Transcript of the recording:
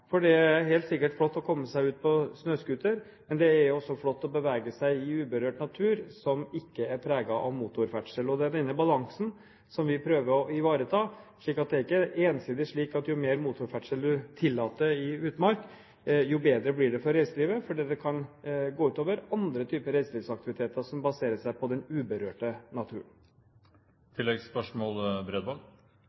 Det er helt sikkert flott å komme seg ut på snøscooter, men det er også flott å bevege seg i uberørt natur som ikke er preget av motorferdsel. Det er denne balansen vi prøver å ivareta. Så det er ikke ensidig slik at jo mer motorferdsel man tillater i utmark, jo bedre blir det for reiselivet, for det vil kunne gå ut over andre typer reiselivsaktiviteter som baserer seg på den uberørte naturen.